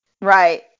Right